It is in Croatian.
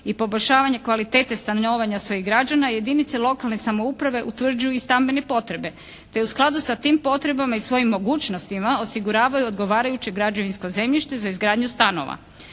i poboljšavanje kvalitete stanovanja svojih građana, jedinice lokalne samouprave utvrđuju i stambene potrebe te u skladu sa tim potrebama i svojim mogućnostima osiguravaju odgovarajuće građevinsko zemljište za izgradnju stanova.